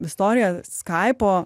istorija skaipo